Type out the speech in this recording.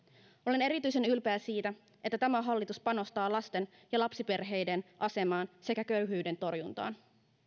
olen erityisen ylpeä siitä että tämä hallitus panostaa lasten ja lapsiperheiden asemaan sekä köyhyyden torjuntaan